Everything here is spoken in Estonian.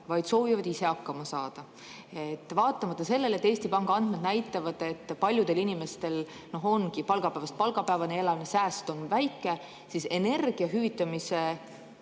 vaid soovivad ise hakkama saada. Vaatamata sellele, et Eesti Panga andmed näitavad, et paljud inimesed elavad palgapäevast palgapäevani, sääst on väike, taotleti energia[kulude] hüvitamise